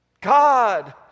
God